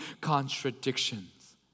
contradictions